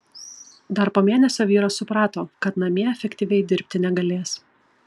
dar po mėnesio vyras suprato kad namie efektyviai dirbti negalės